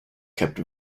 kept